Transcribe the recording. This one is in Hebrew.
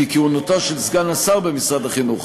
כי כהונתו של סגן השר במשרד החינוך,